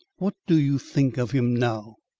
what do you think of him now?